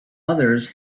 others